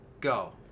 Go